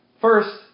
First